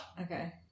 Okay